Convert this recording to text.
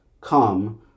come